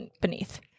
beneath